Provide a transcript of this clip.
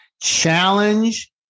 challenge